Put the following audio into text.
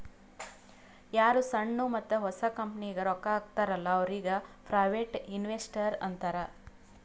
ಯಾರು ಸಣ್ಣು ಮತ್ತ ಹೊಸ ಕಂಪನಿಗ್ ರೊಕ್ಕಾ ಹಾಕ್ತಾರ ಅಲ್ಲಾ ಅವ್ರಿಗ ಪ್ರೈವೇಟ್ ಇನ್ವೆಸ್ಟರ್ ಅಂತಾರ್